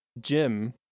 Jim